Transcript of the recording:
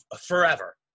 forever